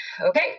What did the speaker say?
okay